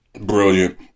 Brilliant